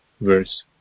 verse